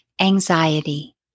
Anxiety